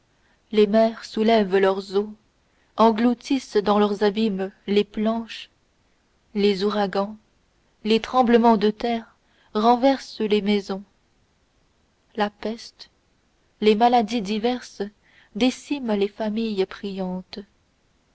les mers soulèvent leurs eaux engloutissent dans leurs abîmes les planches les ouragans les tremblements de terre renversent les maisons la peste les maladies diverses déciment les familles priantes